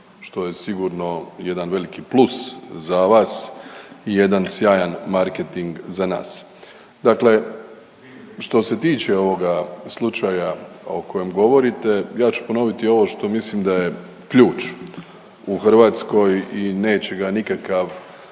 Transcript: što je sigurno jedan veliki plus za vas i jedan sjajan marketing za nas. Dakle, što se tiče ovoga slučaja o kojem govorite ja ću ponoviti ovo što mislim da je ključ u Hrvatskoj i neće ga nikakav